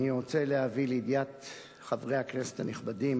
אני רוצה להביא לידיעת חברי הכנסת הנכבדים